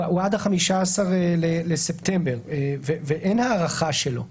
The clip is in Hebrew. הוא עד ה-15 בספטמבר ואין הארכה שלו,